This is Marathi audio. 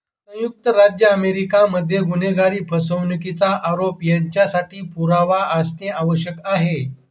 संयुक्त राज्य अमेरिका मध्ये गुन्हेगारी, फसवणुकीचा आरोप यांच्यासाठी पुरावा असणे आवश्यक आहे